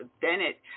Bennett